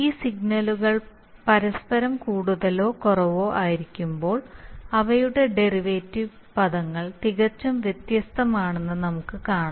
ഈ സിഗ്നലുകൾ പരസ്പരം കൂടുതലോ കുറവോ ആയിരിക്കുമ്പോൾ അവയുടെ ഡെറിവേറ്റീവ് പദങ്ങൾ തികച്ചും വ്യത്യസ്തമാണെന്ന് നമുക്ക് കാണാം